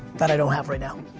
that i don't have right now.